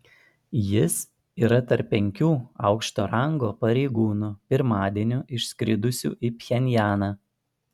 jis yra tarp penkių aukšto rango pareigūnų pirmadienį išskridusių į pchenjaną